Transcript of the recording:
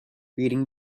reading